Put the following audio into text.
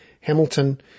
Hamilton